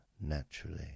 naturally